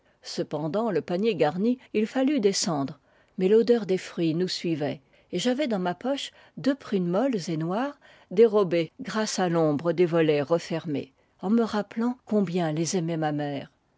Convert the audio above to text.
cependant le panier garni il fallut descendre mais l'odeur des fruits nous suivait et j'avais dans ma poche deux prunes molles et noires dérobées grâce à l'ombre des volets refermés en me rappelant combien les aimait ma mère